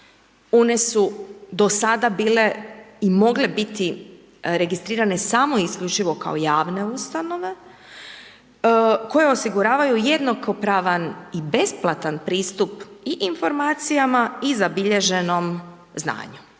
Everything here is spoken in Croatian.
one su do sada bile i mogle biti registrirane samo i isključivo kao javne ustanove koje osiguravaju jednakopravan i besplatan pristup i informacijama i zabilježenom znanju.